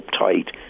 uptight